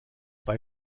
bei